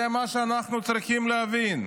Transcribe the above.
זה מה שאנחנו צריכים להבין.